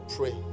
Pray